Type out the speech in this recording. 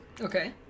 Okay